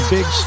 Big